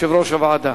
יושב-ראש הוועדה.